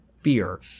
fear